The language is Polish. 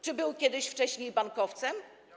Czy był on kiedyś wcześniej bankowcem?